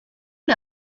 you